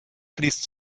fließt